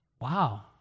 wow